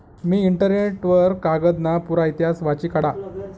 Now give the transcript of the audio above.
मी internet वर कागदना पुरा इतिहास वाची काढा